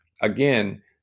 again